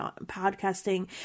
podcasting